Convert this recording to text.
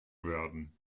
werden